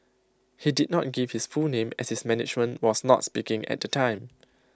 he did not give his full name as his management was not speaking at the time